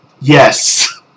Yes